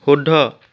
শুদ্ধ